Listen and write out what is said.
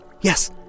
Yes